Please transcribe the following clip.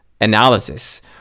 analysis